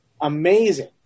amazing